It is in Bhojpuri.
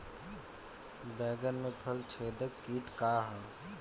बैंगन में फल छेदक किट का ह?